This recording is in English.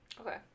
Okay